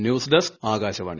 news desk Akashvani